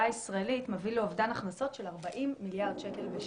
הישראלית מביא לאובדן הכנסות של 40 מיליארד שקל בשנה.